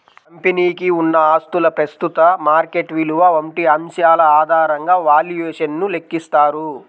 కంపెనీకి ఉన్న ఆస్తుల ప్రస్తుత మార్కెట్ విలువ వంటి అంశాల ఆధారంగా వాల్యుయేషన్ ను లెక్కిస్తారు